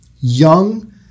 young